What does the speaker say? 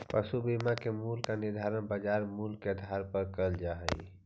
पशु बीमा के मूल्य का निर्धारण बाजार मूल्य के आधार पर करल जा हई